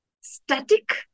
static